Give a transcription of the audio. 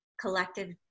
collective